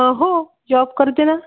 हो जॉब करते ना